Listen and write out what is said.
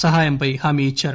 సహాయంపై హామి ఇచ్చారు